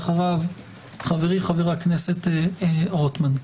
לאחריו, חברי חבר הכנסת רוטמן.